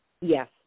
Yes